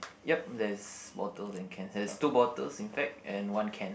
yup there's bottles and cans there's two bottles in fact and one can